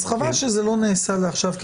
אז חבל שזה לא נעשה לעכשיו.